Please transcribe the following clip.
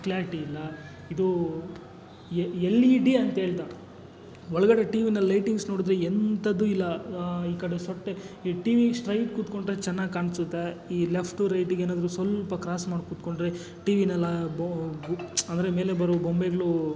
clarity ಇಲ್ಲ ಇದು L E D ಅಂಥೇಳ್ದಾ ಒಳ್ಗಡೆ ಟಿವಿನಲ್ಲಿ ಲೈಟಿಂಗ್ಸ್ ನೋಡಿದ್ರೆ ಎಂಥದ್ದೂ ಇಲ್ಲ ಈ ಕಡೆ ಸೊಟ್ಟೆ ಈ ಟಿವಿ ಸ್ಟ್ರೈಟ್ ಕೂತ್ಕೊಂಡ್ರೆ ಚೆನ್ನಾಗಿ ಕಾಣಿಸುತ್ತೆ ಈ ಲೆಫ್ಟು ರೈಟಿಗೇನಾದರೂ ಸ್ವಲ್ಪ ಕ್ರಾಸ್ ಮಾಡಿ ಕೂತ್ಕೊಂಡ್ರೆ ಟಿವಿಯೆಲ್ಲ ಬೊ ಬು ಅಂದರೆ ಮೇಲೆ ಬರೋ ಬೊಂಬೆಗಳು